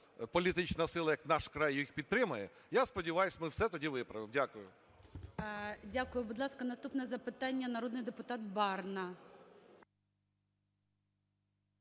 політична сила як "Наш край" їх підтримає, я сподіваюсь, ми все тоді виправимо. Дякую. ГОЛОВУЮЧИЙ. Дякую. Будь ласка, наступне запитання – народний депутат Барна.